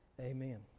Amen